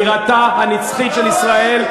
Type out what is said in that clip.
בירתה הנצחית של ישראל.